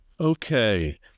Okay